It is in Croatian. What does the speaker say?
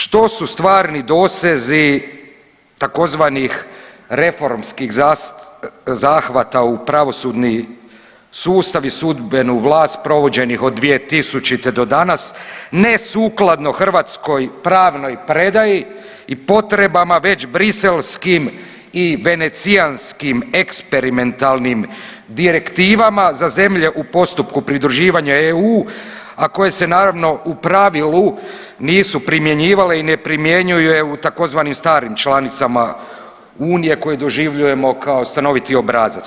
Što su stvarni dosezi tzv. reformskih zahvata u pravosudni sustav i sudbenu vlast provođenih od 2000. do danas nesukladno hrvatskoj pravnoj predaji i potrebama već briselskim i venecijanskim eksperimentalnim direktivama za zemlje u postupku pridruživanja EU a koje se naravno u pravilu nisu primjenjivale i ne primjenjuju u tzv. starim članicama Unije koje doživljujemo kao stanoviti obrazac.